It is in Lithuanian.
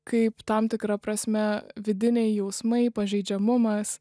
kaip tam tikra prasme vidiniai jausmai pažeidžiamumas